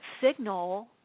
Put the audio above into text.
signal